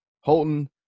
Holton